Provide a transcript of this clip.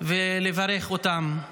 ולברך אותם.